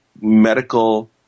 medical